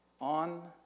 On